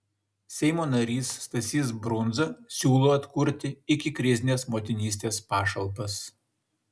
seimo narys stasys brundza siūlo atkurti ikikrizines motinystės pašalpas